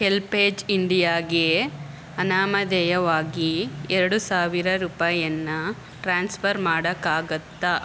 help age ಇಂಡಿಯಾಗೆ ಅನಾಮಧೇಯವಾಗಿ ಎರಡು ಸಾವಿರ ರೂಪಾಯಿಯನ್ನ ಟ್ರಾನ್ಸ್ಫರ್ ಮಾಡೋಕ್ಕಾಗುತ್ತ